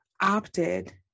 opted